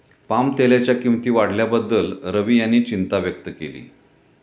पामतेलाच्या किंमती वाढल्याबद्दल रवी यांनी चिंता व्यक्त केली